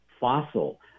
fossil